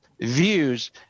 views